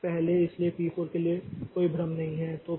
तो पहले इसलिए पी 4 के लिए कोई भ्रम नहीं है